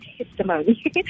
testimony